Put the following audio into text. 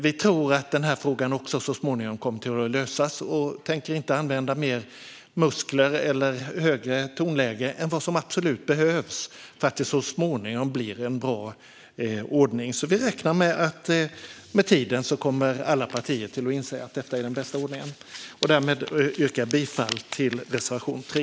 Vi tror att också den här frågan kommer att lösas så småningom och tänker inte använda mer muskler eller högre tonläge än vad som absolut behövs för att det så småningom ska bli en bra ordning. Vi räknar alltså med att alla partier med tiden kommer att inse att detta är den bästa ordningen. Därmed yrkar jag bifall till reservation 3.